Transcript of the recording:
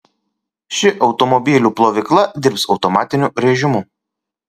ši automobilių plovykla dirbs automatiniu rėžimu